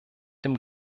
dem